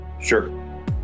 Sure